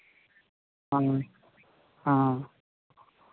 हँ हँ